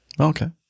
Okay